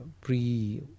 pre